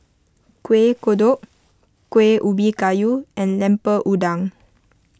Kuih Kodok Kueh Ubi Kayu and Lemper Udang